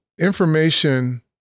Information